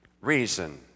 reason